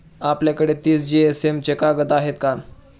आपल्याकडे तीस जीएसएम चे कागद आहेत का?